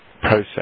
process